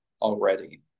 already